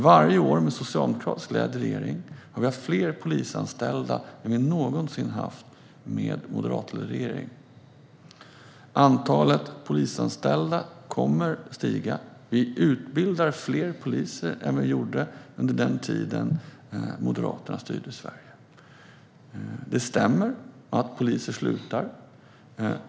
Varje år med socialdemokratiskt ledd regering har vi haft fler polisanställda än vad vi någonsin haft med moderatledd regering. Antalet polisanställda kommer att stiga. Vi utbildar fler poliser än vad man gjorde under den tid som Moderaterna styrde Sverige. Det stämmer att poliser slutar.